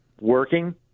working